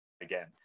again